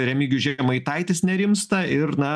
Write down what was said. remigijus žemaitaitis nerimsta ir na